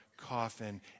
coffin